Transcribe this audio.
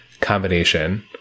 combination